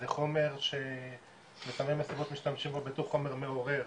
זה חומר בסמי מסיבות משתמשים בו בתור חומר מעורר,